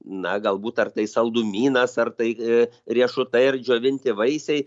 na galbūt ar tai saldumynas ar tai riešutai ir džiovinti vaisiai